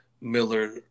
Miller